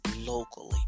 locally